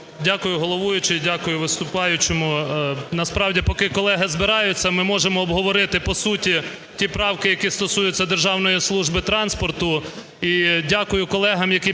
Дякую, головуючий, дякую виступаючому. Насправді, поки колеги збираються, ми можемо обговорити по суті ті правки, які стосуються Державної служби транспорту.